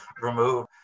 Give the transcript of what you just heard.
remove